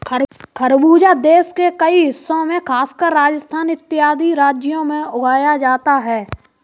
खरबूजा देश के कई हिस्सों में खासकर राजस्थान इत्यादि राज्यों में उगाया जाता है